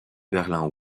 berlin